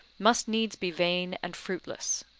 must needs be vain and fruitless.